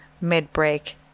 mid-break